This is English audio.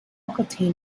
contain